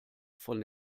von